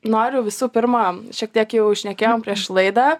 noriu visų pirma šiek tiek jau šnekėjom prieš laidą